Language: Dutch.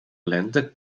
lente